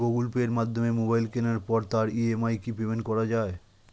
Google পের মাধ্যমে mobile কেনার পরে তার ই.এম.আই কি পেমেন্ট করা যায়?